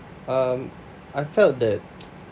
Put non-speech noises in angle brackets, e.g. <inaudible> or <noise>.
um I felt that <noise>